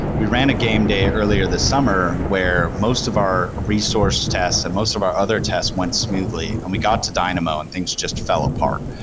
we ran a game day earlier this summer where most of our resource tests and most of our other tests went smoothly and we got dynamo and things just fell apart,